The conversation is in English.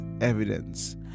evidence